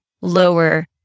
lower